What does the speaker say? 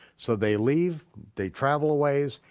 so they leave, they travel a ways,